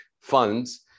funds